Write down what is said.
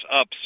up